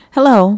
Hello